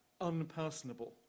unpersonable